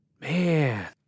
Man